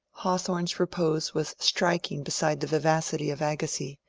hawthorne's repose was striking beside the vivacity of agassiz,